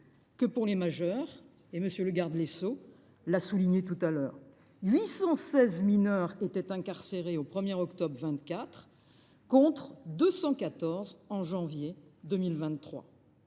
que pour les majeurs : comme M. le garde des sceaux l’a souligné tout à l’heure, 816 mineurs étaient incarcérés le 1 octobre 2024, contre 214 en janvier 2023.